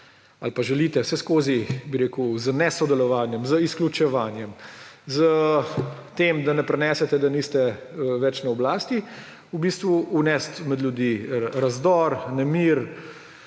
ali pa želite vseskozi z nesodelovanjem, z izključevanjem, s tem, da ne prenesete, da niste več na oblasti, v bistvu vnesti med ljudi razdor, nemir,